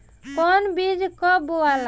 कौन बीज कब बोआला?